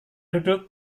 duduk